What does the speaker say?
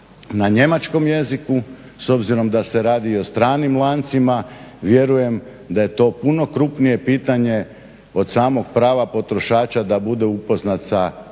na njemačkom jeziku, s obzirom da se radi o stranim lancima. Vjerujem da je to puno krupnije pitanje od samog prava potrošača da bude upoznat sa vrijednošću